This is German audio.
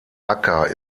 acker